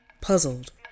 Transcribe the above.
Puzzled